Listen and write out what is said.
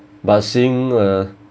but seeing uh